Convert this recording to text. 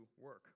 work